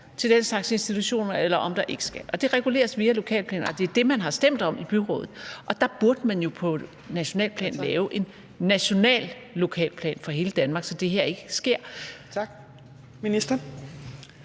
til den slags institutioner, eller om der ikke skal. Det reguleres via lokalplaner, og det er det, man har stemt om i byrådet. Og der burde man jo på nationalt plan lave en national lokalplan for hele Danmark, så det her ikke sker. Kl. 14:34